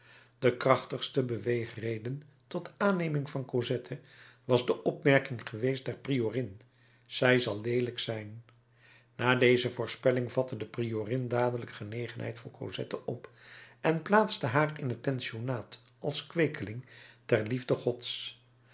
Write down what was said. de krachtigste beweegreden tot aanneming van cosette was de opmerking geweest der priorin zij zal leelijk zijn na deze voorspelling vatte de priorin dadelijk genegenheid voor cosette op en plaatste haar in het pensionnaat als kweekeling ter liefde gods